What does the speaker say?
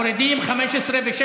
אז מורידים את 15 ו-16,